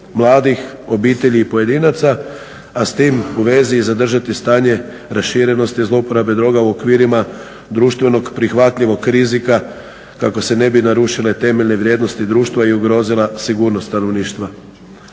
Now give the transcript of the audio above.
mladih, obitelji i pojedinaca, a s tim u vezi zadržati stanje raširenosti zlouporabe droga u okvirima društvenog prihvatljivog rizika kako se ne bi narušile temeljne vrijednosti društva i ugrozila sigurnost stanovništva.